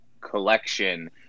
collection